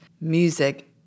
music